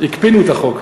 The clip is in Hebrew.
הקפאנו את החוק.